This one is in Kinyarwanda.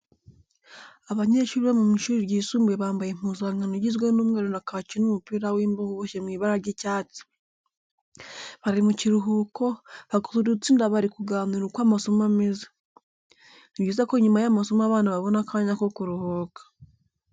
Abanyeshuli bo mu ishuri ryisumbuye bambaye impuzankano igizwe n'umweru na kaki n'umupira w'imbeho uboshye mu ibara ry'icyatsi. Bari mu kiruhuko, bakoze udutsinda bari kuganira uko amasomo ameze. Ni byiza ko nyuma y'amasomo abana babona akanya ko kuruhuka.